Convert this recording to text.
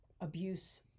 abuse